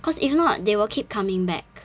cause if not they will keep coming back